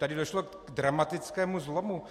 Tady došlo k dramatickému zlomu.